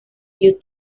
you